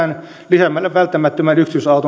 lisäämällä välttämättömän yksityisauton